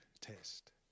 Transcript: test